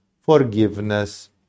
Forgiveness